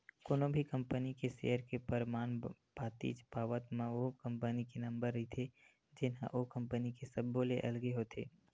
कोनो भी कंपनी के सेयर के परमान पातीच पावत म ओ कंपनी के नंबर रहिथे जेनहा ओ कंपनी के सब्बो ले अलगे होथे